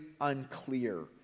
unclear